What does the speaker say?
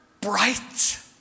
bright